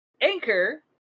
Anchor